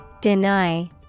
Deny